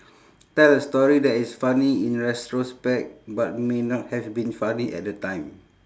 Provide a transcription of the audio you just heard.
tell a story that is funny in retrospect but may not have been funny at that time